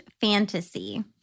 fantasy